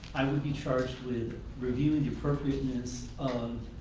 i would be charged with reviewing appropriateness of